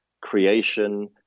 creation